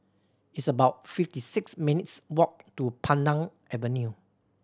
it's about fifty six minutes' walk to Pandan Avenue